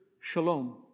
shalom